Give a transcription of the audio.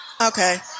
okay